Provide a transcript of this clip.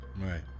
right